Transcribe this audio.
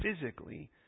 physically